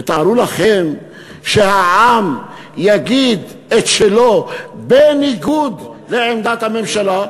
ותארו לכם שהעם יגיד את שלו בניגוד לעמדת הממשלה.